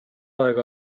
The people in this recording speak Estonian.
aeg